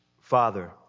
Father